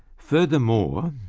furthermore,